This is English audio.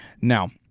Now